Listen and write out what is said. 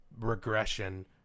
regression